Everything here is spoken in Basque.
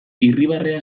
irribarrea